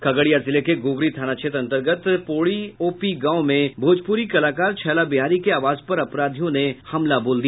खगड़िया जिले के गोगरी थाना क्षेत्र अंतर्गत पोड़ा ओपी गांव में भोजपुरी कलाकार छैला बिहारी के आवास पर अपराधियों ने हमला बोल दिया